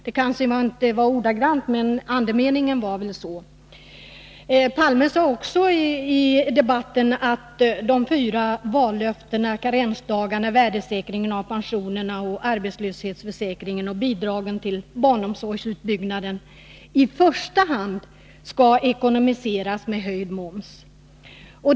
Det kanske inte var ordagrant vad hon sade, men andemeningen var väl denna. Olof Palme sade också i debatten att de fyra vallöftena — karensdagarna, värdesäkringen av pensionerna, arbetslöshetsförsäkringen och bidragen till barnomsorgsutbyggnaden — i första hand skall ekonomiseras med höjd moms.